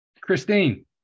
Christine